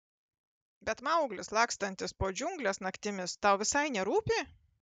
bet mauglis lakstantis po džiungles naktimis tau visai nerūpi